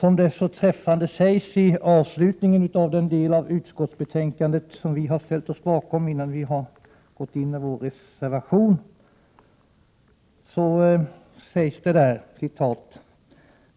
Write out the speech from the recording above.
Som det så träffande sägs i avslutningen — Prot. 1987/88:114 av den del av utskottsbetänkandet som vi ställde oss bakom innan vi gick in 4 maj 1988 med vår reservation: